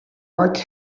like